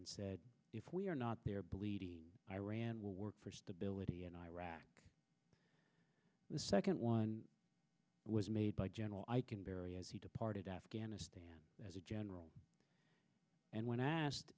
and said if we are not there believe iran will work for stability in iraq the second one was made by general i can vary as he departed afghanistan as a general and when i asked